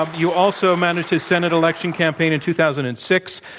ah you also managed his senate election campaign in two thousand and six.